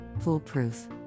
foolproof